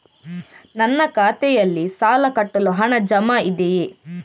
ನನ್ನ ಖಾತೆಯಲ್ಲಿ ಸಾಲ ಕಟ್ಟಲು ಹಣ ಜಮಾ ಇದೆಯೇ?